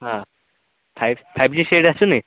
ହଁ five G set ଆସୁନି